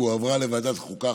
והועברה לוועדת החוקה,